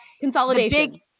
Consolidation